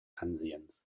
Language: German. ansehens